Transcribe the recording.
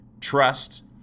trust